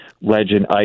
legend